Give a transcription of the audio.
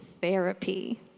therapy